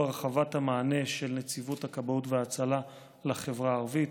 הרחבת המענה של נציבות הכבאות וההצלה לחברה הערבית: